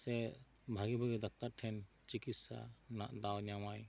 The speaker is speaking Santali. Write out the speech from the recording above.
ᱥᱮ ᱵᱷᱟᱹᱜᱤ ᱵᱷᱟᱹᱜᱤ ᱰᱟᱠᱴᱟᱨ ᱴᱷᱮᱱ ᱪᱤᱠᱤᱛᱥᱟ ᱨᱮᱱᱟᱜ ᱫᱟᱣ ᱧᱟᱢᱟᱭ